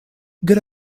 good